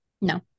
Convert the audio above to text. No